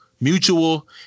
mutual